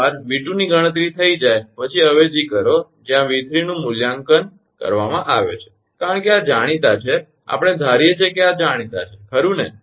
એકવાર 𝑉 ની ગણતરી થઈ જાય પછી અવેજી કરો જ્યાં 𝑉 નું મૂલ્યાંકન કરવામાં આવે છે કારણ કે આ જાણીતા છે આપણે ધારી રહ્યા છીએ કે આ જાણીતા છે ખરુ ને